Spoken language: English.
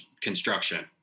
construction